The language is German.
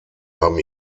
haben